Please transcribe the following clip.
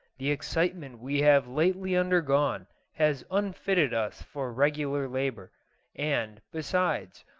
the excitement we have lately undergone has unfitted us for regular labour and, besides,